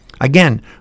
Again